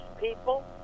people